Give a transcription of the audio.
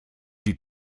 die